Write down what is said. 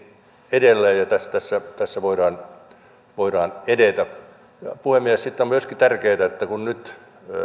edelleen ja tässä tässä voidaan voidaan edetä puhemies sitten on myöskin tärkeätä että kun nyt